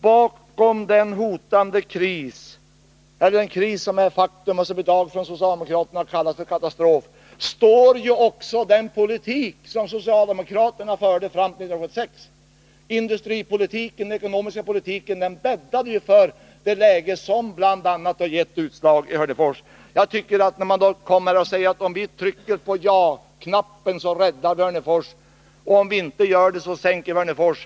Bakom den kris som är ett faktum och som i dag av socialdemokraterna har kallats ”katastrof” står ju också den regeringspolitik som socialdemokraterna förde fram till 1976. Industripolitiken och den ekonomiska politiken bäddade ju för bl.a. det läge som gett utslag i Hörnefors. Man säger att om vi trycker på nej-knappen, så räddar vi Hörnefors och om vi inte gör det så sänker vi Hörnefors.